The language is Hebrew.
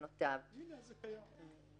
את ההשפעה של צו ההגבלה על המעורבים,